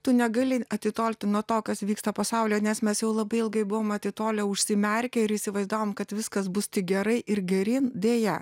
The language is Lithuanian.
tu negali atitolti nuo to kas vyksta pasaulyje nes mes jau labai ilgai buvom atitolę užsimerkę ir įsivaizdavom kad viskas bus tik gerai ir geryn deja